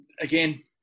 again